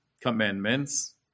commandments